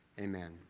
Amen